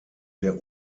der